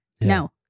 No